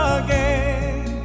again